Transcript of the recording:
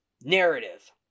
narrative